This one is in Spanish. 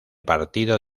partido